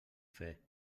fer